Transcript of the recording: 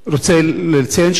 אני רוצה לציין,